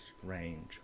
Strange